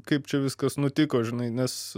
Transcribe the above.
kaip čia viskas nutiko žinai nes